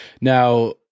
Now